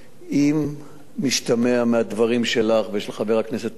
אם משתמע מהדברים שלך ושל חבר הכנסת חנין